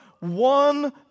One